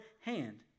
hand